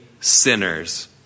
sinners